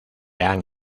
han